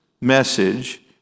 message